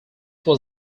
was